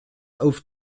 auf